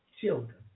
children